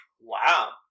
Wow